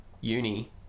uni